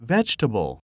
Vegetable